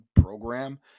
program